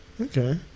Okay